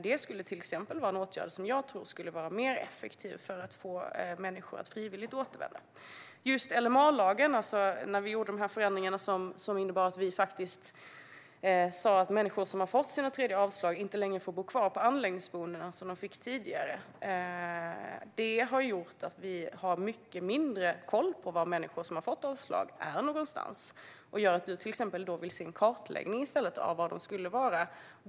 Det skulle till exempel vara en åtgärd som jag tror skulle vara mer effektiv för att få människor att återvända frivilligt. Förändringarna i LMA, som innebar att vi faktiskt sa att människor som har fått sitt tredje avslag inte längre får bo kvar på anläggningsboendena som de fick göra tidigare, har medfört att vi har mycket mindre koll på var människor som har fått avslag är någonstans, vilket gör att Johan Forssell nu vill se en kartläggning av var de kan vara.